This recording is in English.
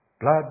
blood